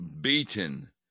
beaten